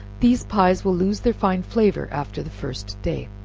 these pies will lose their fine flavor after the first day.